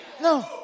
No